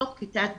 בתוך כיתת בוגרים,